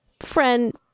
friend